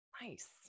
Nice